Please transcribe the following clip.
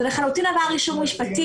זה לחלוטין עבר אישור משפטי.